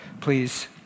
please